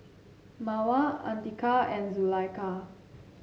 Mawar Andika and Zulaikha